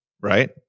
right